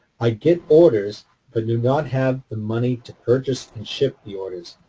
i get orders but do not have the money to purchase and ship the orders.